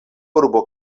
urbo